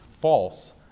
false